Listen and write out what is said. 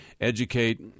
educate